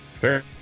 Fair